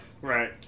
Right